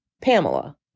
Pamela